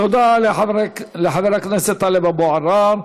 תודה לחבר הכנסת טלב אבו עראר.